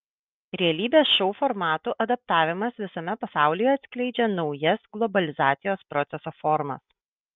realybės šou formatų adaptavimas visame pasaulyje atskleidžia naujas globalizacijos proceso formas